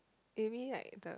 maybe like the